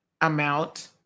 amount